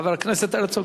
חבר הכנסת הרצוג,